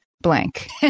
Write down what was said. blank